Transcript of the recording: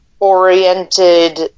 oriented